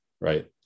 right